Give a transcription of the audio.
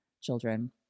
children